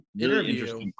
interview